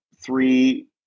three